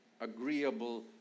agreeable